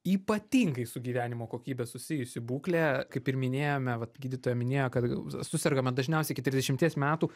ypatingai su gyvenimo kokybe susijusi būklė kaip ir minėjome vat gydytoja minėjo kad susergama dažniausiai iki trisdešimties metų